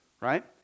right